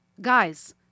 guys